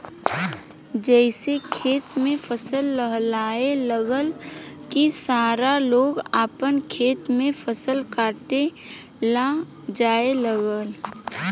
जइसे खेत में फसल लहलहाए लागल की सारा लोग आपन खेत में फसल काटे ला जाए लागल